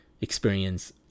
experience